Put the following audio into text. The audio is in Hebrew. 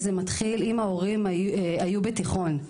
זה מתחיל אם ההורים היו בתיכון,